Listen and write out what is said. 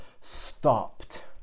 stopped